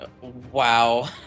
Wow